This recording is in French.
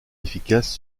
efficaces